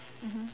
mmhmm